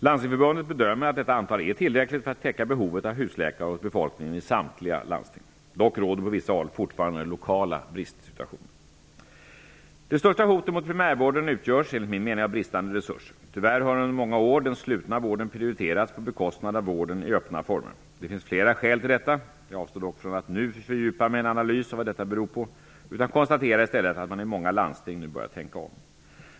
Landstingsförbundet bedömer att detta antal är tillräckligt för att täcka behovet av husläkare hos befolkningen i samtliga landsting. Dock råder på vissa håll fortfarande lokala bristsituationer. Det största hotet mot primärvården utgörs enligt min mening av bristande resurser. Tyvärr har under många år den slutna vården prioriterats på bekostnad av vården i öppna former. Det finns flera skäl till detta. Jag avstår dock från att nu fördjupa mig i en analys av vad detta beror på utan konstaterar i stället att man i många landsting nu börjar tänka om.